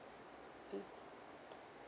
mm